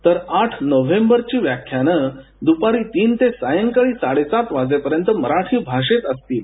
तर आठ नोव्हेंबरची व्याख्यानं दुपारी तीन ते सायंकाळी साडेसात वाजेपर्यंत मराठी भाषेत असतील